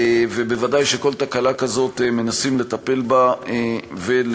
ובוודאי שכל תקלה כזאת, מנסים לטפל בה ולשפר.